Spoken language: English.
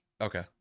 Okay